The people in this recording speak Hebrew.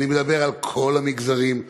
ואני מדבר על כל המגזרים,